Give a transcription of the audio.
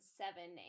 seven